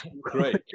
great